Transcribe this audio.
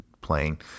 playing